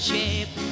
shape